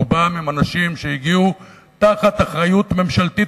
רובם אנשים שהגיעו תחת אחריות ממשלתית,